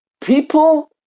people